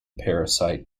parasite